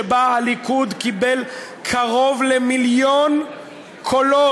שבה הליכוד קיבל קרוב למיליון קולות.